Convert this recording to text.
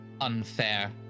unfair